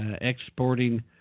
exporting